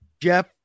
Jeff